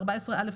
14א(א),